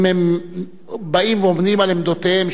אם הם באים ועומדים על עמדותיהם,